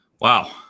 wow